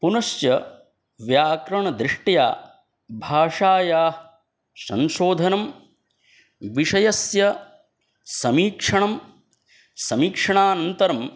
पुनश्च व्याकरणदृष्ट्या भाषायाः संशोधनं विषयस्य समीक्षणं समीक्षणानन्तरं